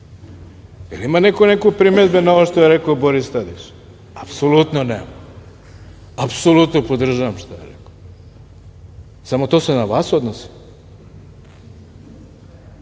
li ima neko primedbu na ovo što je rekao Boris Tadić? Apsolutno, ne. Apsolutno podržavam šta je rekao, samo to se na vas odnosi.